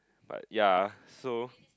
but ya so